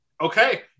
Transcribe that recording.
okay